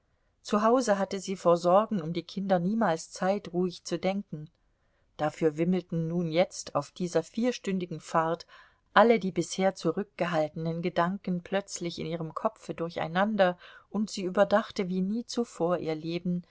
zu hause hatte sie vor sorgen um die kinder niemals zeit ruhig zu denken dafür wimmelten nun jetzt auf dieser vierstündigen fahrt alle die bisher zurückgehaltenen gedanken plötzlich in ihrem kopfe durcheinander und sie überdachte wie nie zuvor ihr leben